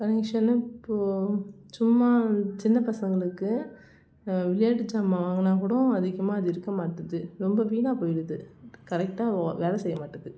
கனெக்ஷனும் இப்போது சும்மா சின்ன பசங்களுக்கு விளையாட்டு சாமான் வாங்கினா கூட அதிகமாக அது இருக்கமாட்டேது ரொம்ப வீணாக போய்டுது கரெக்டாக வேலை செய்யமாட்டேது